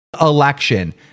election